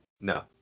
No